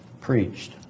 preached